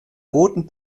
roten